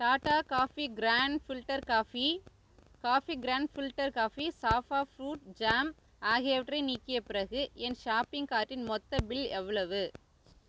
Tata coffee grand filter coffee coffee grand filter coffee சாஃபா fruit jam ஆகியவற்றை நீக்கிய பிறகு என் ஷாப்பிங் கார்ட்டின் மொத்த பில் எவ்வளவு